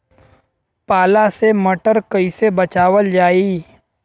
पाला से मटर कईसे बचावल जाई?